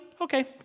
Okay